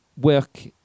work